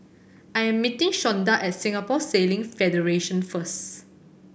I am meeting Shonda at Singapore Sailing Federation first